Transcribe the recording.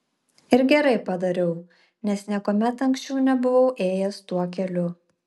ir gerai padariau nes niekuomet anksčiau nebuvau ėjęs tuo keliu